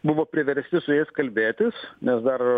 buvo priversti su jais kalbėtis nes dar